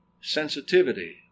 Sensitivity